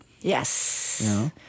Yes